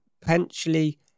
potentially